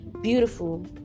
beautiful